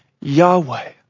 Yahweh